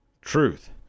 truth